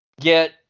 get